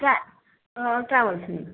ट्र ट्रॅवल्सनी